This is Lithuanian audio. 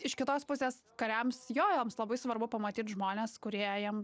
iš kitos pusės kariams jo jiems labai svarbu pamatyt žmones kurie jiem